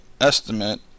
estimate